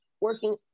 working